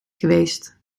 geweest